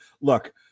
Look